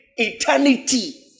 eternity